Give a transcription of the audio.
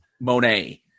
Monet